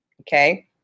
okay